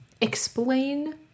explain